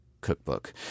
cookbook